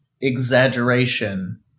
exaggeration